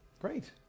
Great